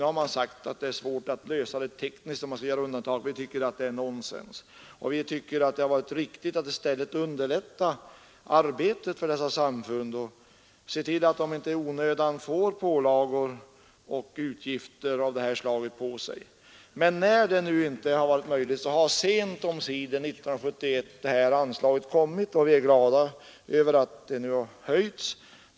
Nu har man sagt att det skulle vara tekniskt svårt att göra undantag, men det tycker vi är rent nonsens. I stället hade det varit riktigt att underlätta arbetet för dessa samfund genom att se till att de inte får sådana här utgifter över sig. När nu inte detta har varit möjligt så har i alla fall sent omsider detta anslag kommit, och vi är glada över att det har höjts.